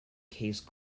case